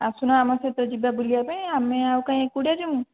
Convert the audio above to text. ଆସୁନ ଆମ ସହିତ ଯିବା ବୁଲିବା ପାଇଁ ଆମେ ଆଉ କାଇଁ ଏକୁଟିଆ ଯିବୁ